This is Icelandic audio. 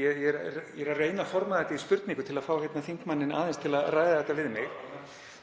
Ég er að reyna að forma þetta í spurningu til að fá þingmanninn aðeins til að ræða þetta við mig